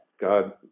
god